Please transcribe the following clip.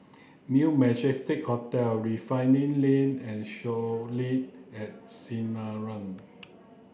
New Majestic Hotel Refinery Lane and Soleil at Sinaran